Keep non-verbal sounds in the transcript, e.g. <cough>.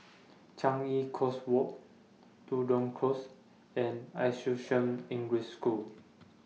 <noise> Changi Coast Walk Tudor Close and Assumption English School